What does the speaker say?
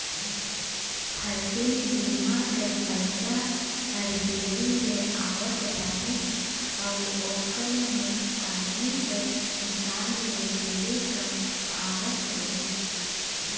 फसिल बीमा कर पइसा हर देरी ले आवत रहिस अउ ओकर नोसकानी कर हिसाब ले ढेरे कम आवत रहिस